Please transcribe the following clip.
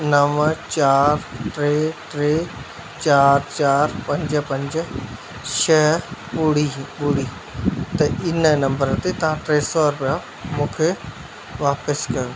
नव चारि टे टे चारि चारि पंज पंज छह ॿुड़ी ॿुड़ी त इन नंबर ते टे सौ रुपिया तव्हां मूंखे वापसि कयो